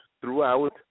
throughout